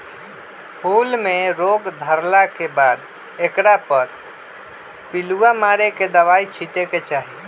फूल में रोग धरला के बाद एकरा पर पिलुआ मारे बला दवाइ छिटे के चाही